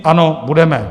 Ano, budeme.